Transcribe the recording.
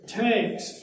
tanks